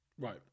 right